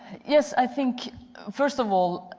yes, i think first of all,